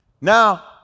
now